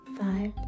five